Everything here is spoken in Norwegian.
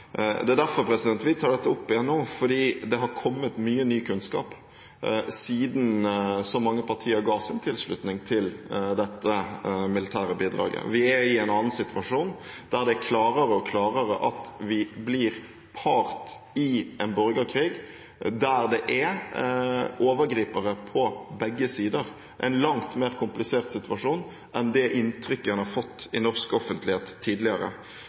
er derfor vi tar dette opp igjen nå, fordi det har kommet mye ny kunnskap siden så mange partier ga sin tilslutning til dette militære bidraget. Vi er i en annen situasjon, der det er klarere og klarere at vi blir part i en borgerkrig der det er overgripere på begge sider – en langt mer komplisert situasjon enn det inntrykket en har fått i norsk offentlighet tidligere.